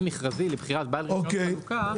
מכרזי לבחירת בעל רישיון חלוקה אין הצדקה ל --- אוקיי,